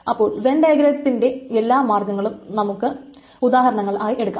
അപ്പോൾ വെൻ ഡയഗ്രത്തിന്റെ എല്ലാ മാർഗങ്ങളെയും നമുക്ക് ഉദാഹരണങ്ങളായി എടുക്കാം